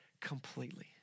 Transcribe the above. completely